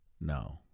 No